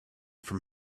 from